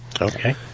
Okay